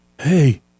hey